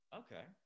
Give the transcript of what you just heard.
okay